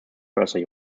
further